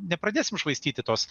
nepradėsim švaistyti tos